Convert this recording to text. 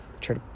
try